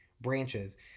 branches